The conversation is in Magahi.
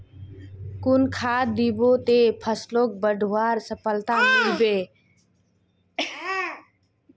कुन खाद दिबो ते फसलोक बढ़वार सफलता मिलबे बे?